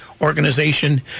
Organization